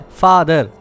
father